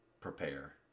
prepare